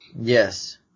Yes